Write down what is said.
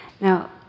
Now